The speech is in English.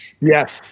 Yes